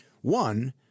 One